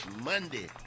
Monday